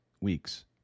weeks